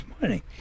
money